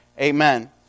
Amen